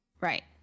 Right